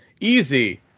easy